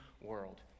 world